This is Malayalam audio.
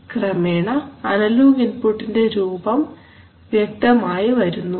ക്രമേണ അനലോഗ് ഇൻപുട്ടിന്റെ രൂപം വ്യക്തമായി വരുന്നു